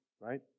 right